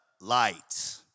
light